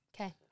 Okay